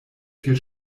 viel